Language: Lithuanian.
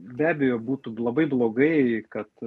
be abejo būtų blo labai blogai kad